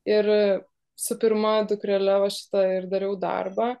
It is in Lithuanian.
ir su pirma dukrele va šitą ir dariau darbą